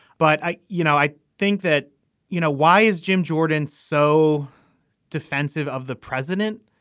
but i you know i think that you know why is jim jordan so defensive of the president.